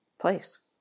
place